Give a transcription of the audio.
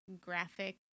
graphic